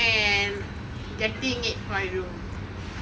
and getting it for my room